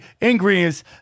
ingredients